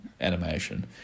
animation